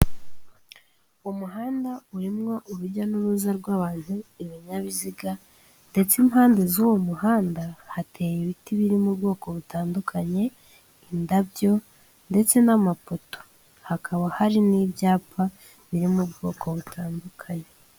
Umuhanda urimo urujya n'uruza rw'abantu, ibinyabiziga ndetse impande z'uwo muhanda hateye ibiti biri mu bwoko butandukanye, indabyo ndetse n'amapoto, hakaba hari n'ibyapa biri mu bwoko butandukanye.